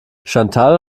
chantal